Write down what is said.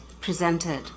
presented